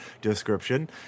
description